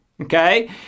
Okay